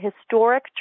historic